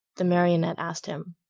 the marionette asked him.